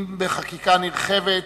אם בחקיקה נרחבת